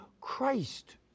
Christ